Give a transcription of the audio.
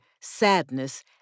sadness